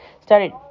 started